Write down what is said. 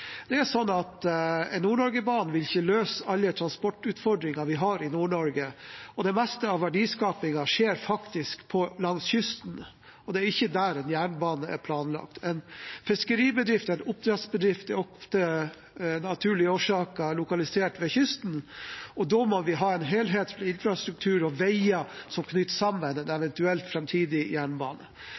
vil ikke løse alle transportutfordringer vi har i Nord-Norge. Det meste av verdiskapingen skjer faktisk langs kysten, og det er ikke der en jernbane er planlagt. En fiskeribedrift eller en oppdrettsbedrift er av naturlige årsaker ofte lokalisert ved kysten, og da må vi ha en helhetlig infrastruktur og veier som knytter sammen en eventuelt framtidig jernbane.